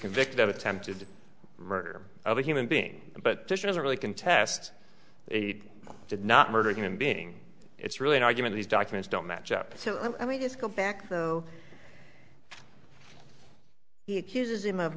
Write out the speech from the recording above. convicted of attempted murder of a human being but doesn't really contest they did not murder a human being it's really an argument these documents don't match up so i mean just go back though he accuses him of